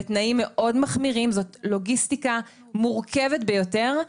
בתנאים מאוד מחמירים, זאת לוגיסטיקה מורכבת ביותר.